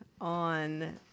On